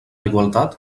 igualtat